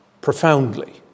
profoundly